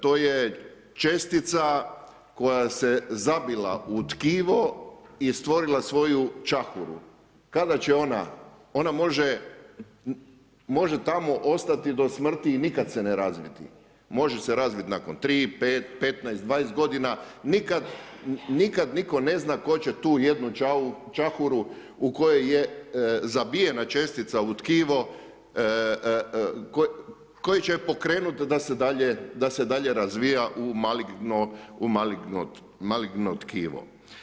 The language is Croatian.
To je čestica koja se zabila u tkivo i stvorila svoju čahuru, kada će ona, ona može tamo ostati do smrti i nikad se ne razviti, može se razviti nakon 3, 5, 15, 20 godina, nikada nitko ne zna tko će tu jednu čahuru u kojoj je zabijena čestica u tkivo, koja će pokrenuti da se dalje razvija u maligno tkivo.